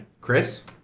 Chris